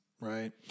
right